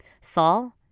Saul